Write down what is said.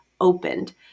opened